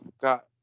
got